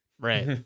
right